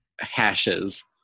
hashes